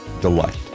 delight